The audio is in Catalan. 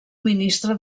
ministre